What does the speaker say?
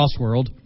CrossWorld